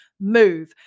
move